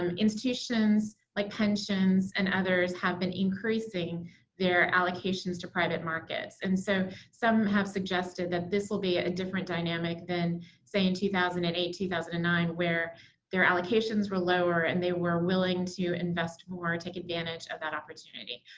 um institutions like pensions and others have been increasing their allocations to private markets. and so some have suggested that this will be a different dynamic than say in two thousand and eight two thousand and nine where their allocations were lower and they were willing to invest more, take advantage of that opportunity.